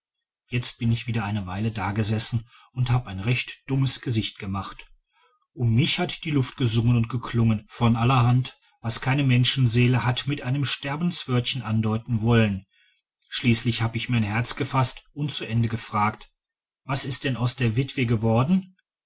jetzt bin ich wieder eine weile dagesessen und hab ein recht dummes gesicht gemacht um mich hat die luft gesungen und geklungen von allerhand was keine menschenseele hat mit einem sterbenswörtchen andeuten wollen schließlich hab ich mir ein herz gefaßt und zu ende gefragt was ist denn aus der witwe geworden